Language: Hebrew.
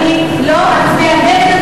אני לא אצביע בעד,